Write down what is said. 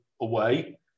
away